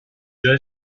joe